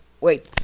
wait